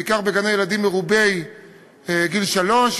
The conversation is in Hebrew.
בעיקר בגני-ילדים מרובי ילדים בני שלוש,